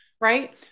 right